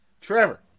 Trevor